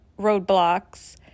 roadblocks